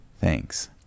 thanks